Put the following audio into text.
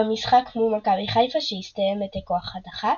במשחק מול מכבי חיפה שהסתיים בתיקו 1–1,